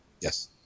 Yes